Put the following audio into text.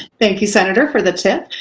thank you senator for the tip,